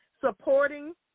supporting